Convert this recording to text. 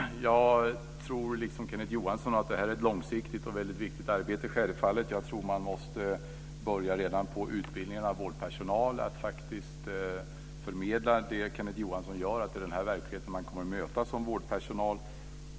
Fru talman! Jag tror liksom Kenneth Johansson att det här självfallet är ett långsiktigt och väldigt viktigt arbete. Jag tror att man måste börja redan vid utbildningen av vårdpersonalen med att faktiskt förmedla det som Kenneth Johansson gör, att det är den här verkligheten man kommer att möta som vårdpersonal.